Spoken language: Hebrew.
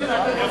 יפה.